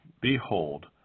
behold